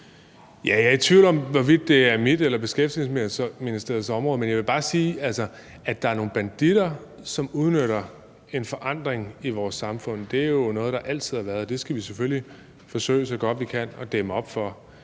Jeg er i tvivl om, hvorvidt det er mit eller Beskæftigelsesministeriets område. Men jeg vil bare sige, at det, at der er nogle banditter, der udnytter en forandring i vores samfund, er jo noget, der altid har været, og det skal vi selvfølgelig forsøge, så godt vi kan, at dæmme op for.